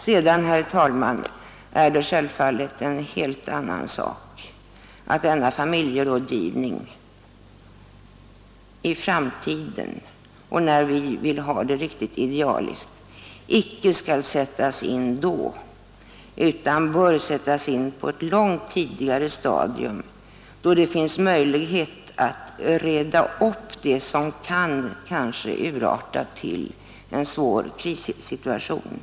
Sedan är det en helt annan sak att familjerådgivningen i framtiden, när vi vill ha det riktigt idealiskt, inte skall sättas in så sent. Den skall sättas in på ett mycket tidigare stadium, då det ännu finns möjligheter att reda upp det som kanske kan urarta till en svår krissituation.